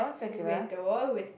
window with